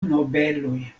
nobeloj